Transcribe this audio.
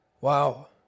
Wow